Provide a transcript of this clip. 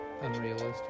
Unrealistic